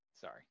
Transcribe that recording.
Sorry